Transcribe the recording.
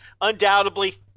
undoubtedly